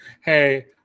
hey